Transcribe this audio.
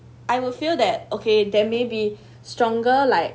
I will feel that okay there may be stronger like